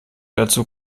dazu